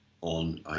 on